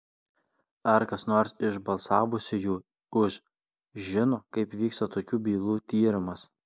ar kas nors iš balsavusiųjų už žino kaip vyksta tokių bylų tyrimas